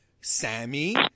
Sammy